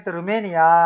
Romania